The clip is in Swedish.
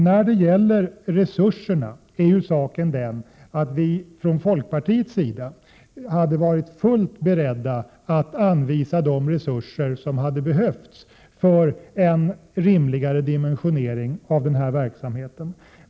I fråga om resurserna hade vi från folkpartiets sida varit fullt beredda att anvisa de medel som hade behövts för en rimligare dimensionering av verksamheten.